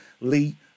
Lee